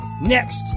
next